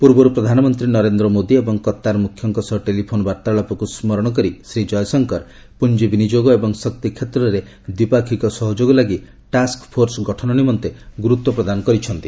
ପୂର୍ବରୁ ପ୍ରଧାନମନ୍ତ୍ରୀ ନରେନ୍ଦ୍ର ମୋଦି ଏବଂ କତ୍ତାର ମୁଖ୍ୟଙ୍କ ସହ ଟେଲିଫୋନ୍ ବାର୍ତ୍ତାଳାପକୁ ସ୍ମରଣ କରି ଶ୍ରୀ ଜୟଶଙ୍କର ପୁଞ୍ଜି ବିନିଯୋଗ ଏବଂ ଶକ୍ତି କ୍ଷେତ୍ରରେ ଦ୍ୱିପାକ୍ଷିକ ସହଯୋଗ ଲାଗି ଟାସ୍କ ଫୋର୍ସ ଗଠନ ନିମନ୍ତେ ଗୁରୁତ୍ୱ ପ୍ରଦାନ କରିଛନ୍ତି